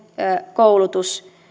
koulutus